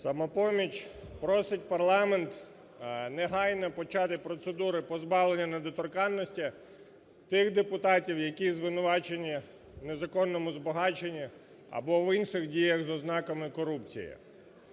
"Самопоміч" просить парламент негайно почати процедуру позбавлення недоторканності тих депутатів, які звинувачені у незаконному збагаченні або в інших діях з ознаками корупції.